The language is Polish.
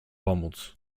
pomóc